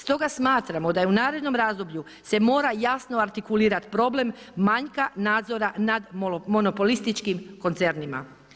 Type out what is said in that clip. Stoga smatramo da je u narednom razdoblju, se mora artikulirati problem manjka nadzora nad monopolističkim koncernima.